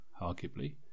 Arguably